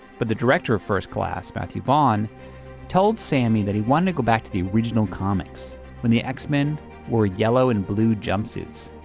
but the director of first class, matthew vaughn told sammy that he wanted to go back to the original comics when the x men wore yellow and blue jumpsuits